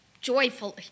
joyfully